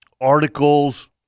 articles